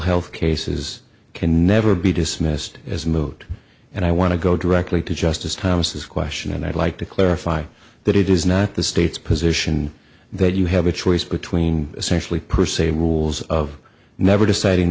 health cases can never be dismissed as moot and i want to go directly to justice thomas question and i'd like to clarify that it is not the state's position that you have a choice between essentially per se rules of never deciding